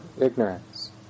ignorance